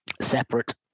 separate